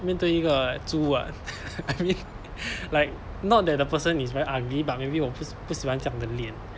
面对一个猪 [what] I mean like not that the person is very ugly but maybe 我不不喜欢这样的脸